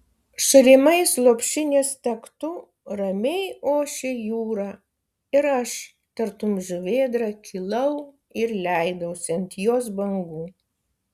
šalimais lopšinės taktu ramiai ošė jūra ir aš tartum žuvėdra kilau ir leidausi ant jos bangų